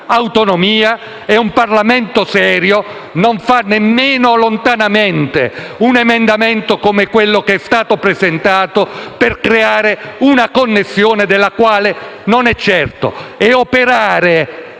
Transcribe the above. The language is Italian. caso, un Parlamento serio non fa nemmeno lontanamente un emendamento, come quello che è stato presentato, per creare una connessione della quale non è certo